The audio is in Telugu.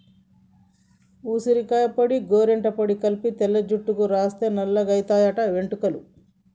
ఉసిరికాయ పొడి గోరింట పొడి కలిపి తెల్ల జుట్టుకు రాస్తే నల్లగాయితయి ఎట్టుకలు